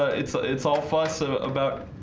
it's ah it's all fuss ah about